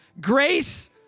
Grace